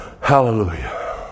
Hallelujah